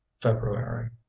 february